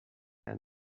same